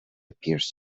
appears